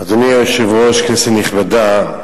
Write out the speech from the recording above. אדוני היושב-ראש, כנסת נכבדה,